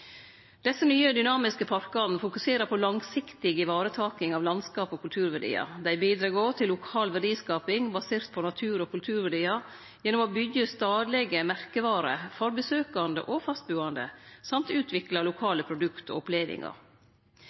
Desse nye dynamiske parkane fokuserer på langsiktig varetaking av landskaps- og kulturverdiar. Dei bidreg òg til lokal verdiskaping basert på natur- og kulturverdiar gjennom å byggje stadlege merkevarer for besøkjande og fastbuande og utvikle lokale produkt og opplevingar.